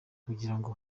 kugirango